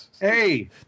Hey